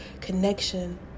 connection